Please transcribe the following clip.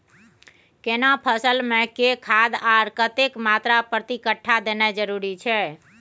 केना फसल मे के खाद आर कतेक मात्रा प्रति कट्ठा देनाय जरूरी छै?